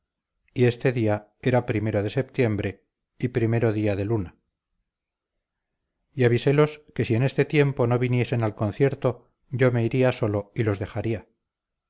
y este día era primero de septiembre y primero día de luna y avisélos que si en este tiempo no viniesen al concierto yo me iría solo y los dejaría